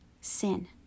sin